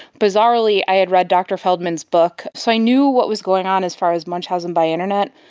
bizarrely i had read dr feldman's book, so i knew what was going on as far as munchausen by internet,